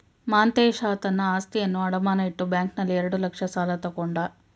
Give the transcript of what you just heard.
ಮಾಂತೇಶ ತನ್ನ ಆಸ್ತಿಯನ್ನು ಅಡಮಾನ ಇಟ್ಟು ಬ್ಯಾಂಕ್ನಲ್ಲಿ ಎರಡು ಲಕ್ಷ ಸಾಲ ತಕ್ಕೊಂಡ